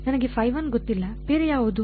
ನನಗೆ ಗೊತ್ತಿಲ್ಲ ಬೇರೆ ಯಾವುದೂ